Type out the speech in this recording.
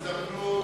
זאת הזדמנות,